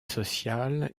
sociale